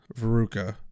Veruca